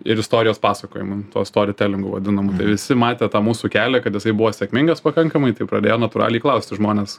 ir istorijos pasakojimu tuo storitelingu vadinamu tai visi matė tą mūsų kelią kad jisai buvo sėkmingas pakankamai tai pradėjo natūraliai klausti žmonės